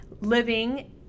living